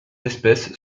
espèce